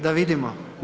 Da vidimo.